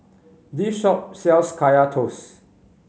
this shop sells Kaya Toast